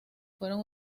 fueron